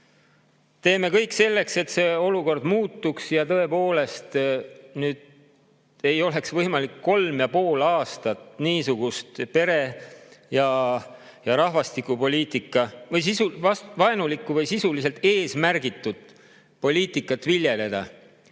Teeme kõik selleks, et see olukord muutuks ja tõepoolest ei oleks võimalik kolm ja pool aastat niisugust pere‑ ja rahvastikupoliitikat, vaenulikku või sisuliselt eesmärgitut poliitikat viljeleda.